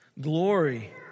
Glory